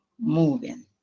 moving